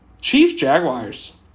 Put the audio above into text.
Chiefs-Jaguars